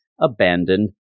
abandoned